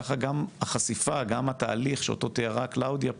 כך גם החשיפה, גם התהליך שאותו תיארה קלאודיה פה,